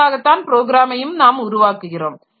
அதற்காகதான் ப்ரோக்ராமையும் நாம் உருவாக்குகிறோம்